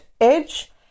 edge